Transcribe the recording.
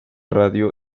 radio